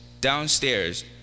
downstairs